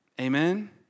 Amen